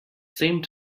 same